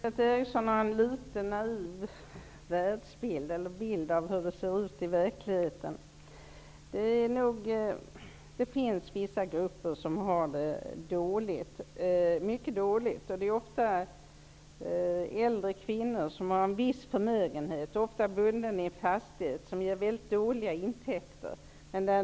Herr talman! Det är en litet naiv bild av hur det ser i ut i verkligheten. Det finns vissa grupper som har det mycket dåligt. Det är ofta äldre kvinnor som har en viss förmögenhet, bunden i en fastighet som ger väldigt dåliga intäkter.